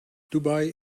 dubai